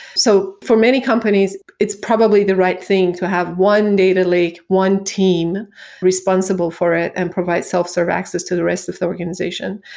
so, for many companies, it's probably the right thing to have one data lake, one team responsible for it and provides self-serve access to the rest of the organization,